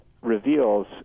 reveals